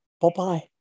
Bye-bye